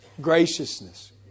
graciousness